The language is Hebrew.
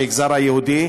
במגזר היהודי.